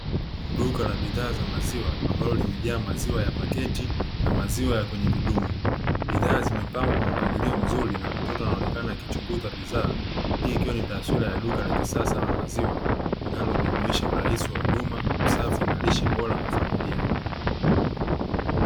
Duka la bidhaa za maziwa, amabalo limejaa maziwa paketi, na maziwa ya kwenye vidumu. Bidhaa zimepangwa kwa mpangilio mzuri, na mtoto anaonekana akichunguza bidhaa; hii ikiwa ni taswira ya duka la kisasa la maziwa linalojumuisha urahisi wa: huduma, usafi na lishe bora kwa familia.